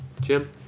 Jim